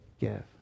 give